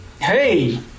Hey